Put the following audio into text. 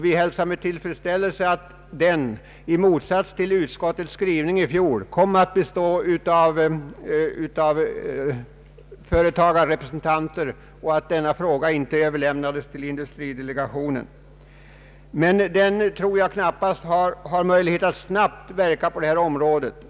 Vi hälsar med tillfredsställelse att den i motsats till utskottets skrivning i fjol kommer att bestå av företagarrepresentanter och att denna fråga inte överlämnades till industridelegationen. Men jag tror knappast att den har möjlighet att snabbt verka på detta område.